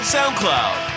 SoundCloud